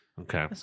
Okay